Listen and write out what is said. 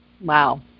Wow